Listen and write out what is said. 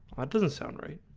i doesn't sound right